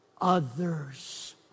others